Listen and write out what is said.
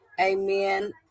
Amen